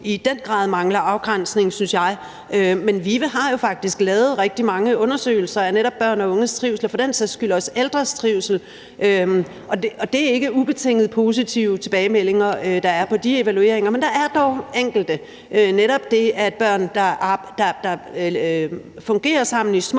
i den grad mangler afgrænsning, synes jeg. Men VIVE har jo faktisk lavet rigtig mange undersøgelser af netop børn og unges trivsel og for den sags skyld også af ældres trivsel. Det er ikke ubetinget positive tilbagemeldinger, der er på de evalueringer, men der er dog enkelte, netop at der er børn, der fungerer sammen i små